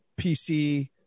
PC –